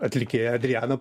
atlikėja adriana